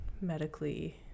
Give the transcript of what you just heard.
medically